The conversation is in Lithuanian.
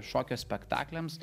šokio spektakliams